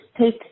take